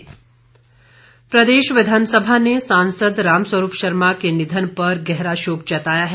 शोकोदगार प्रदेश विधानसभा ने सांसद राम स्वरूप शर्मा के निधन पर गहरा शोक जताया है